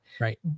right